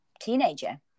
teenager